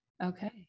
Okay